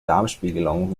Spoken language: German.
darmspiegelung